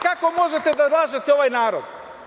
Kako možete da lažete ovaj narod?